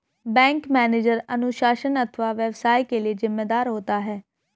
bank manager अनुशासन अथवा व्यवसाय के लिए जिम्मेदार होता है